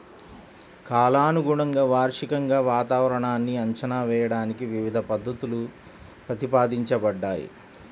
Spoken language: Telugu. కాలానుగుణంగా, వార్షికంగా వాతావరణాన్ని అంచనా వేయడానికి వివిధ పద్ధతులు ప్రతిపాదించబడ్డాయి